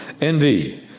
envy